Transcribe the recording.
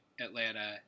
atlanta